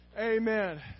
Amen